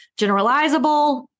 generalizable